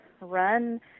run